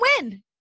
win